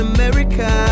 America